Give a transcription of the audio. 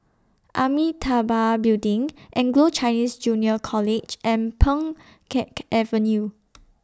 Amitabha Building Anglo Chinese Junior College and Pheng Geck Avenue